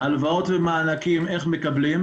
הלוואות ומענקים איך מקבלים,